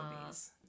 movies